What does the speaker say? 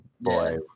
boy